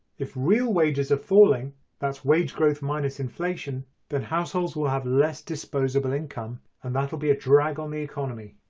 if real wages are falling that's wage growth minus inflation then households will have less disposable income and that'll be a drag on the economy.